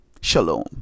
shalom